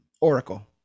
oracle